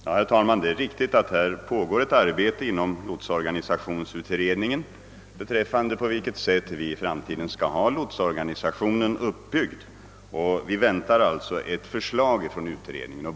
Herr talman! Det är riktigt att det pågår ett arbete inom lotsorganisationsutredningen beträffande det sätt varpå vår lotsorganisation i framtiden skall vara uppbyggd. Vi väntar alltså ett förslag från utredningen.